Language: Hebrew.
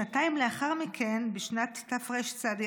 שנתיים לאחר מכן, בשנת תרצ"א,